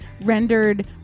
rendered